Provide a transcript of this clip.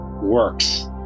works